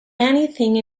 anything